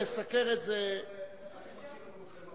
לסוכרת אני מכיר אתכם,